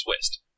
twist